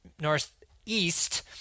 northeast